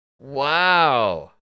Wow